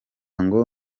ngo